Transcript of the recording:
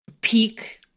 peak